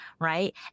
right